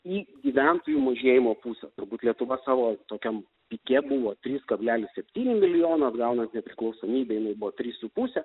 į gyventojų mažėjimo pusę turbūt lietuva savo tokiam pike buvo trys kablelis septyni milijono atgaunant nepriklausomybę jinai buvo trys su puse